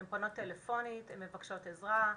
הן פונות טלפונית והן מבקשות עזרה.